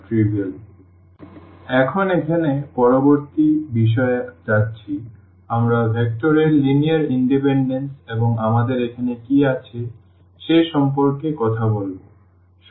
ঠিক আছে এখন এখানে পরবর্তী বিষয়ে যাচ্ছি আমরা ভেক্টর এর লিনিয়ার ইনডিপেনডেন্স এবং আমাদের এখানে কী আছে সে সম্পর্কে কথা বলব